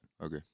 Okay